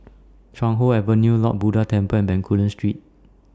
Chuan Hoe Avenue Lord Buddha Temple and Bencoolen Street